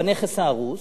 בנכס ההרוס,